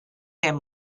him